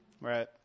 right